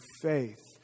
faith